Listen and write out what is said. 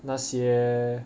那些